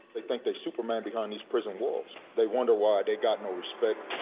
they think they superman behind these prison walls, they wonder why they got no respect.